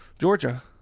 Georgia